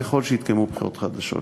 ככל שיתקיימו בחירות חדשות.